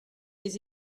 des